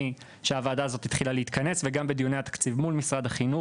מרגע שהוועדה הזו התחילה להתכנס וגם בדיוני התקציב מול משרד החינוך,